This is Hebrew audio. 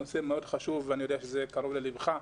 זה נושא מאוד חשוב ואני יודע שזה קרוב ללבך,